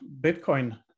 bitcoin